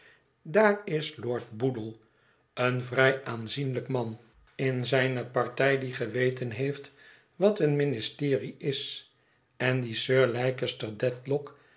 daar is lord boodle een vrij aanzienlijk man in zijne partij die geweten heeft wat een ministerie is en die sir